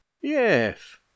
Yes